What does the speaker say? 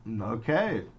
Okay